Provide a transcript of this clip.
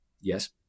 Yes